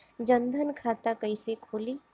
जनधन खाता कइसे खुली?